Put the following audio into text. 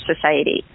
Society